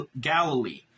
Galilee